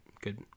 good